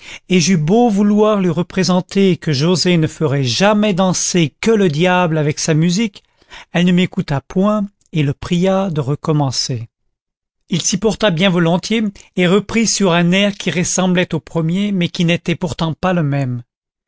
et j'eus beau vouloir lui représenter que joset ne ferait jamais danser que le diable avec sa musique elle ne m'écouta point et le pria de recommencer il s'y porta bien volontiers et reprit sur un air qui ressemblait au premier mais qui n'était pourtant pas le même